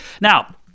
Now